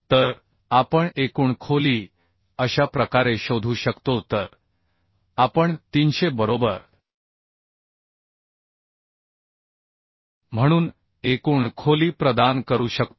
तर आपण एकूण खोली अशा प्रकारे शोधू शकतो तर आपण 300 बरोबर म्हणून एकूण खोली प्रदान करू शकतो